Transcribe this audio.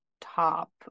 top